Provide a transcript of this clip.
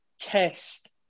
test